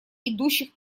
идущих